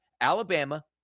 Alabama